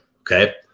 okay